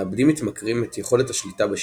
מאבדים מתמכרים את יכולת השליטה בשימוש.